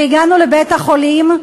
והגענו לבית-החולים,